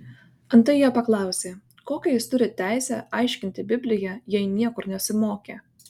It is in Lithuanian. antai jie paklausė kokią jis turi teisę aiškinti bibliją jei niekur nesimokė